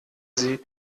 sie